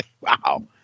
Wow